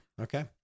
okay